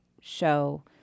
show